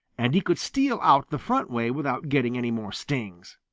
and he could steal out the front way without getting any more stings.